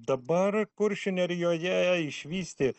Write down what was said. dabar kuršių nerijoje išvysti